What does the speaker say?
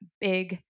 big